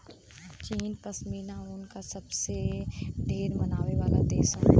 चीन पश्मीना ऊन क सबसे ढेर बनावे वाला देश हौ